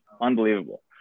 Unbelievable